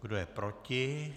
Kdo je proti?